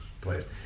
place